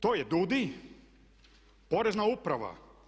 To je DUDI, porezna uprava.